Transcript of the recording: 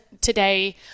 today